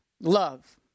love